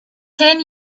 ten